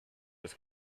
was